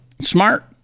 Smart